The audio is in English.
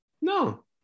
No